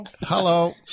Hello